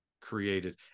created